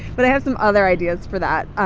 but i have some other ideas for that.